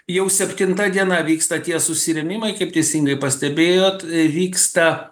jau septinta diena vyksta tie susirėmimai kaip teisingai pastebėjot vyksta